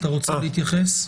אתה רוצה להתייחס?